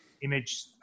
image